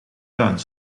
tuin